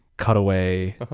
cutaway